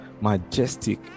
majestic